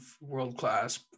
world-class